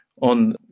on